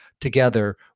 together